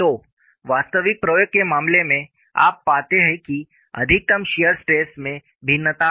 तो वास्तविक प्रयोग के मामले में आप पाते हैं कि अधिकतम शियर स्ट्रेस में भिन्नता है